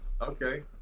okay